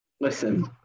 Listen